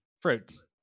Fruits